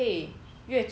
mm